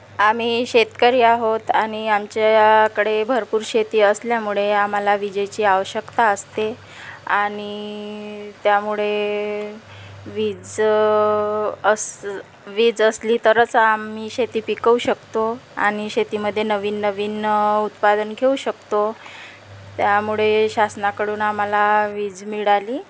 आम्ही शेतकरी आहोत आणि आमच्याकडे भरपूर शेती असल्यामुळे आम्हाला विजेची आवश्यकता असते आणि त्यामुळे वीज अस वीज असली तरच आम्ही शेती पिकवू शकतो आणि शेतीमध्ये नवीन नवीन उत्पादन घेऊ शकतो त्यामुळे शासनाकडून आम्हाला वीज मिळाली